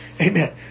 Amen